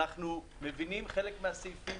אנו מבינים חלק מהסעיפים,